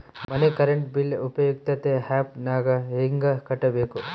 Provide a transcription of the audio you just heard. ಮನೆ current bill ಉಪಯುಕ್ತತೆ app ನಾಗ ಹೆಂಗ ಕಟ್ಟಬೇಕು?